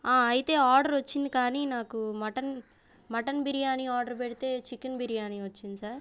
ఆ అయితే ఆర్డర్ వచ్చింది కానీ నాకు మటన్ మటన్ బిర్యానీ ఆర్డర్ పెడితే చికెన్ బిర్యానీ వచ్చింది సార్